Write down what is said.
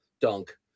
dunk